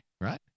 right